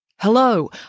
Hello